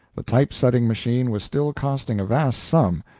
the typesetting machine was still costing a vast sum,